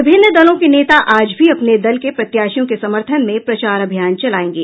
विभिन्न दलों के नेता आज भी अपने दल के प्रत्याशियों के समर्थन में प्रचार अभियान चलायेंगे